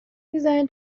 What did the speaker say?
میزنه